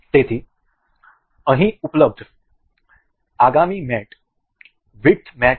તેથી અહીં ઉપલબ્ધ આગામી મેટ વિડથ મેટ છે